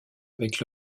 avec